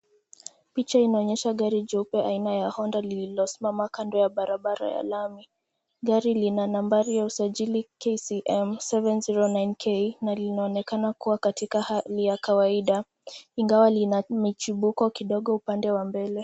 Picha inaonyesha gari jeupe aina ya Honda lililosimama kando ya barabara ya lami. Gari lina nambari ya usajili, KCM seven zero nine K na linaonekana kuwa katika hali ya kawaida ingawa lina michibuko kidogo upande wa mbele.